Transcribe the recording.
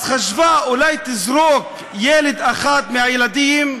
אז חשבה, אולי תזרוק ילד אחד מהילדים,